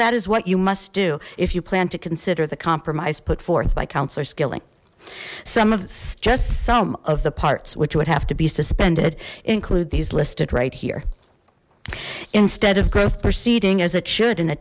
that is what you must do if you plan to consider the compromise put forth by councillor skilling some of us just some of the parts which would have to be suspended include these listed right here instead of growth proceeding as it should in a